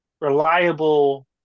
reliable